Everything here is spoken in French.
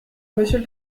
monsieur